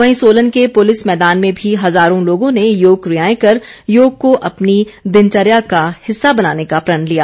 वहीं सोलन के पुलिस मैदान में भी हज़ारों लोगों ने योग कियाएं कर योग को अपनी दिनचर्या का हिस्सा बनाने का प्रण लिया